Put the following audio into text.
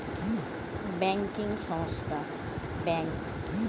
একটি বড়ো ব্যবস্থা যাতে অর্থনীতির, হিসেব দেখা হয়